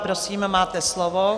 Prosím, máte slovo.